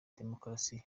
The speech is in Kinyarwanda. demukarasi